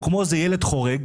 הוא כמו איזה ילד חורג,